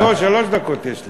לא, שלוש דקות יש לי.